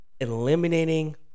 Eliminating